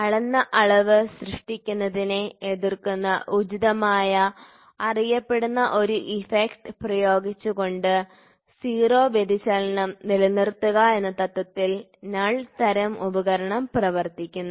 അളന്ന അളവ് സൃഷ്ടിക്കുന്നതിനെ എതിർക്കുന്ന ഉചിതമായ അറിയപ്പെടുന്ന ഒരു ഇഫക്റ്റ് പ്രയോഗിച്ചുകൊണ്ട് 0 വ്യതിചലനം നിലനിർത്തുക എന്ന തത്വത്തിൽ നൾ തരം ഉപകരണം പ്രവർത്തിക്കുന്നു